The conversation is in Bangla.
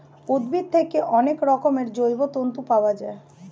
উদ্ভিদ থেকে অনেক রকমের জৈব তন্তু পাওয়া যায়